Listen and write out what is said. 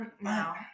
now